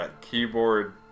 keyboard